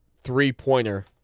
three-pointer